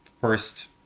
first